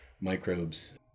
microbes